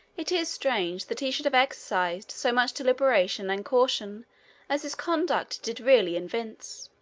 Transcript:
it is strange that he should have exercised so much deliberation and caution as his conduct did really evince.